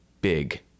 big